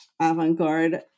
avant-garde